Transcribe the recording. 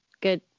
good